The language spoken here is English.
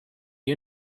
you